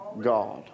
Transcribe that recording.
God